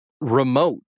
remote